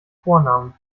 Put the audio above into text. vornamen